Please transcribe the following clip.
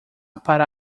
para